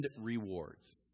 rewards